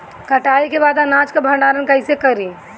कटाई के बाद अनाज का भंडारण कईसे करीं?